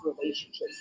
relationships